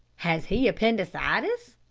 has he appendicitis?